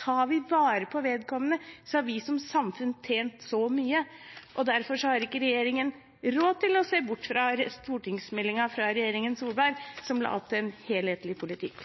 tar vi vare på vedkommende, og da har vi som samfunn tjent så mye. Derfor har ikke regjeringen råd til å se bort fra stortingsmeldingen fra regjeringen Solberg, som la opp til en helhetlig politikk.